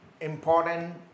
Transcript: important